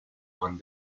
one